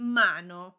mano